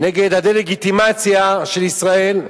נגד הדה-לגיטימציה של ישראל.